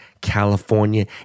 California